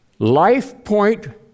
LifePoint